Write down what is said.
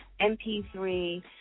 MP3